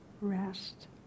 Rest